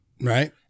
Right